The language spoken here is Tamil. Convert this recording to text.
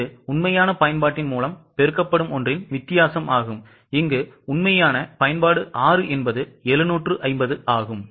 இதுஉண்மையான பயன்பாட்டின் மூலம் பெருக்கப்படும் ஒன்றின் வித்தியாசம் உண்மையான பயன்பாடு 6 என்பது 750 ஆகும்